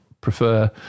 prefer